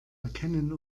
erkennen